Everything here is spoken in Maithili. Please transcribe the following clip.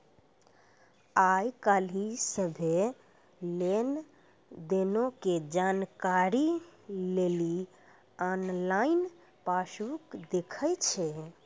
आइ काल्हि सभ्भे लेन देनो के जानकारी लेली आनलाइन पासबुक देखै छै